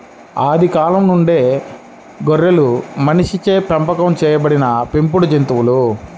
ఆది కాలం నుంచే గొర్రెలు మనిషిచే పెంపకం చేయబడిన పెంపుడు జంతువులు